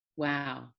Wow